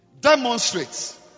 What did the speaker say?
demonstrates